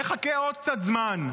נחכה עוד קצת זמן.